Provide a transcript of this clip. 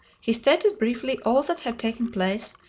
he stated briefly all that had taken place,